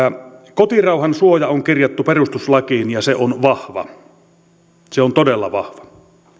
kotirauhan suoja on kirjattu perustuslakiin ja se on vahva se on todella vahva